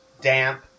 damp